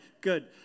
good